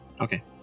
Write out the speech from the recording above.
Okay